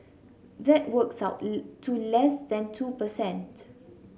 that works out to less than two per cent